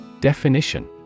Definition